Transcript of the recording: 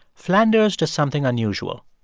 flanders does something unusual.